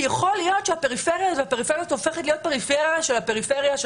כי יכול להיות שהפריפריה הופכת להיות פריפריה של הפריפריה,